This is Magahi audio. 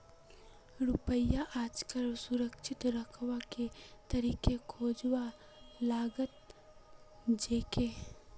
रुपयाक आजकल सुरक्षित रखवार के तरीका खोजवा लागल छेक